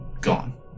gone